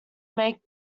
makes